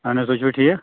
اَہَن حظ تُہۍ چھُو ٹھیٖک